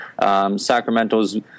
Sacramento's